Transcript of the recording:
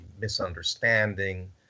misunderstanding